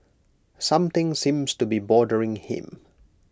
something seems to be bothering him